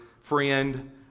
friend